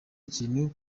ikintu